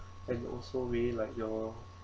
and also we like your